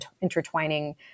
intertwining